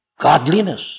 godliness